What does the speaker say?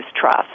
trust